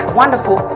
wonderful